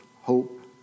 hope